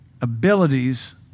abilities